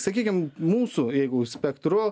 sakykim mūsų jeigu spektru